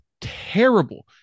terrible